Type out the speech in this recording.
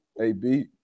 AB